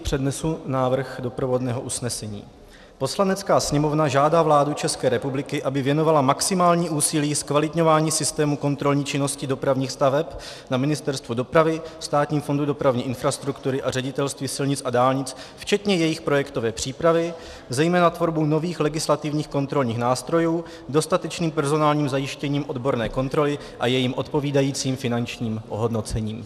Přednesu návrh doprovodného usnesení: Poslanecká sněmovna žádá vládu České republiky, aby věnovala maximální úsilí zkvalitňování systému kontrolní činnosti dopravních staveb na Ministerstvu dopravy, Státním fondu dopravní infrastruktury a Ředitelství silnic a dálnic včetně jejich projektové přípravy, zejména tvorbou nových legislativních kontrolních nástrojů, dostatečným personálním zajištěním odborné kontroly a jejím odpovídajícím finančním ohodnocením.